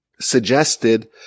suggested